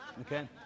Okay